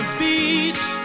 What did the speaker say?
beach